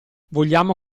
vogliamo